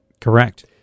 Correct